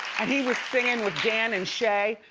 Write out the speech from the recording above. and he was singing with dan and shay,